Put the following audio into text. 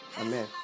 amen